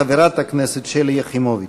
חברת הכנסת שלי יחימוביץ.